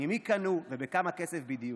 ממי קנו ובכמה כסף בדיוק.